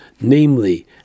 namely